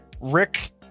Rick